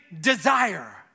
desire